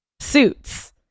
Suits